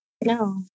No